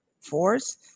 Force